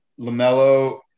LaMelo